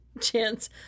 chance